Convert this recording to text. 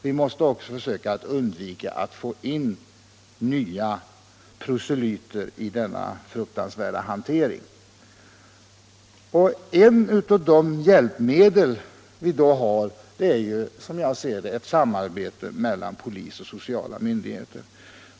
Vi måste också försöka att undvika att få in nya proselyter i denna fruktansvärda hantering. Ett av de hjälpmedel vi då har är, som jag ser det, ett samarbete mellan polis och sociala myndigheter.